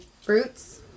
fruits